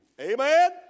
Amen